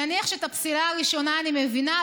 נניח שאת הפסילה הראשונה אני מבינה,